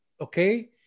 Okay